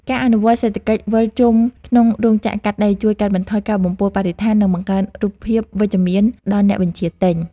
ការអនុវត្តសេដ្ឋកិច្ចវិលជុំក្នុងរោងចក្រកាត់ដេរជួយកាត់បន្ថយការបំពុលបរិស្ថាន និងបង្កើនរូបភាពវិជ្ជមានដល់អ្នកបញ្ជាទិញ។